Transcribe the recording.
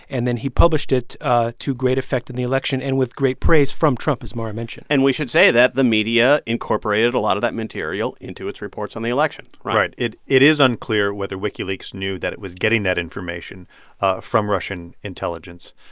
and then he published it to great effect in the election and with great praise from trump, as mara mentioned and we should say that the media incorporated a lot of that material into its reports on the election right right. it is unclear whether wikileaks knew that it was getting that information from russian intelligence.